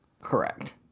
correct